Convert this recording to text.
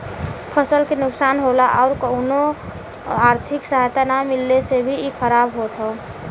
फसल के नुकसान होला आउर कउनो आर्थिक सहायता ना मिलले से भी इ खराब होत हौ